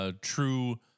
True